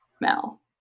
Mel